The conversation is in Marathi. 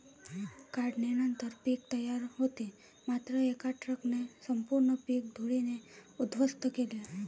काढणीनंतर पीक तयार होते मात्र एका ट्रकने संपूर्ण पीक धुळीने उद्ध्वस्त केले